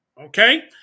okay